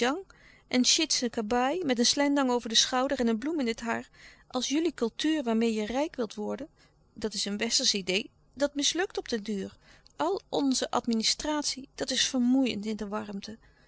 en chitsen kabaai met een slendang over den schouder en een bloem in het haar al jullie kultuur waarmeê je rijk wilt worden dat is een westersch idee dat mislukt op den duur al onze administratie dat is vermoeiend in de warmte